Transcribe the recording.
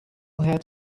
had